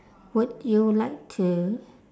would you like to